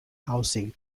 housing